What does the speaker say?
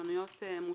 לפרשנויות מוטעות,